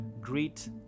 Greet